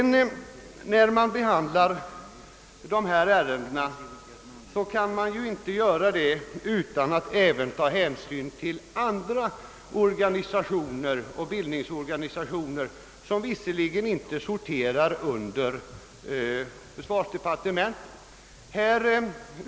När man behandlar dessa ärenden kan man inte göra det utan att även ta hänsyn till andra bildningsorganisationer, som visserligen inte sorterar under försvarsdepartementet.